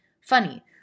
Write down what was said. funny